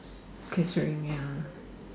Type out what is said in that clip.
keep showing ya